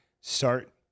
start